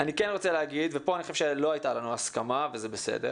אני כן רוצה להגיד וכאן אני חושב שלא הייתה לנו הסכמה וזה בסדר